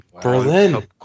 Berlin